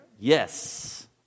Yes